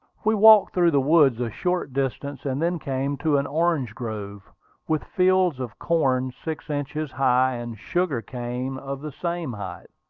we walked through the woods a short distance, and then came to an orange-grove, with fields of corn six inches high, and sugar-cane of the same height.